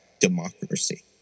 democracy